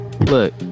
look